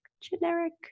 generic